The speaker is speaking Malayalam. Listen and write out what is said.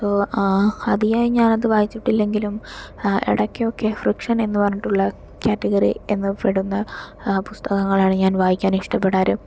അതിയായി ഞാനത് വായിച്ചില്ലെങ്കിലും ഇടയ്ക്കൊക്കെ ഫിക്ഷൻ എന്നുപറഞ്ഞിട്ടുള്ള കാറ്റഗറി എന്ന് പെടുന്ന പുസ്തകങ്ങളാണ് ഞാൻ വായിക്കാൻ ഇഷ്ട്ടപെടാറ്